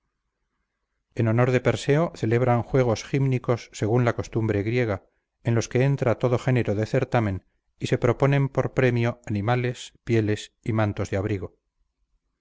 en honor de perséo celebran juegos gímnicos según la costumbre griega en los que entra todo género de certamen y se proponen por premio animales pieles y mantos de abrigo